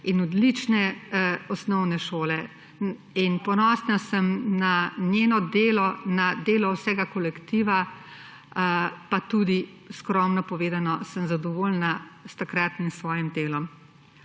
in odlične osnovne šole in ponosna sem na njeno delo, na delo vsega kolektiva, pa tudi skromno povedano, sem zadovoljna s takratnim svojim delom.